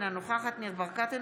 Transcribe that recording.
אינה נוכחת ניר ברקת,